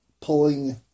pulling